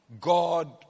God